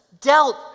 dealt